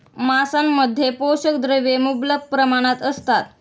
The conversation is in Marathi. मांसामध्ये पोषक द्रव्ये मुबलक प्रमाणात असतात